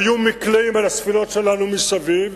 היו מקלעים על הספינות שלנו מסביב.